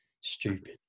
stupid